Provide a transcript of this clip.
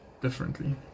differently